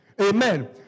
Amen